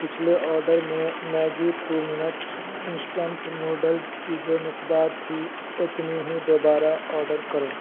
پچھلے آرڈر میں Maggi two minute instant noodles کی جو مقدار تھی اتنی ہی دوبارہ آرڈر کرو